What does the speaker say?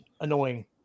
annoying